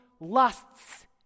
lusts